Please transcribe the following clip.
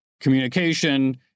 communication